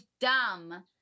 dumb